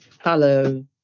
Hello